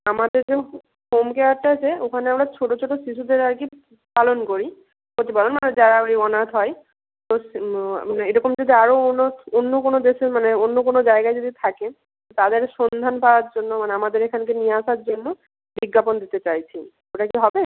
আমাদের যে হোম কেয়ারটা আছে ওখানে আমরা ছোট ছোট শিশুদের আর কি পালন করি প্রতিপালন মানে যারা ওই অনাথ হয় তো মানে এরকম যদি আরও অন্য অন্য কোনো দেশে মানে অন্য কোনো জায়গায় যদি থাকে তাদের সন্ধান পাওয়ার জন্য মানে আমাদের এখানে নিয়ে আসার জন্য বিজ্ঞাপন দিতে চাইছি ওটা কি হবে